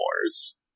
Wars